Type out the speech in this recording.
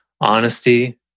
Honesty